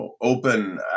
open